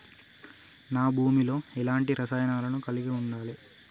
నా భూమి లో ఎలాంటి రసాయనాలను కలిగి ఉండాలి?